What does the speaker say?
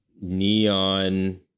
Neon